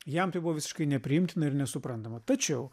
jam tai buvo visiškai nepriimtina ir nesuprantama tačiau